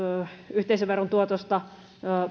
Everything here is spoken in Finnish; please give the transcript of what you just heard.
yhteisöveron tuotosta